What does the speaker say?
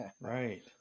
Right